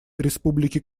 республики